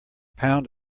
pound